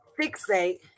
fixate